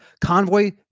Convoy